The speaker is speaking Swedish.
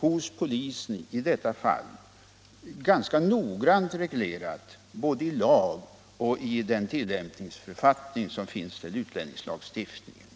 hos polisen i detta fall ganska noggrant reglerat både i lag och i tillämpningsförfattningen till utlänningslagstiftningen.